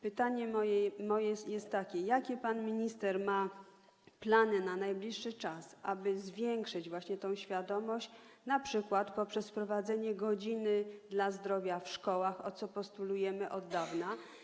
Pytanie moje jest takie: Jakie pan minister ma plany na najbliższy czas, aby zwiększyć tę świadomość, np. poprzez wprowadzenie godziny dla zdrowia w szkołach, o co postulujemy od dawna.